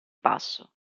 passo